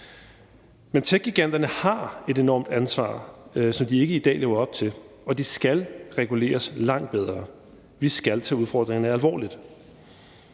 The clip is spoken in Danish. Men techgiganterne har et enormt ansvar, som de ikke i dag lever op til, og de skal reguleres langt bedre; vi skal tage udfordringerne alvorligt.